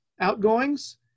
outgoings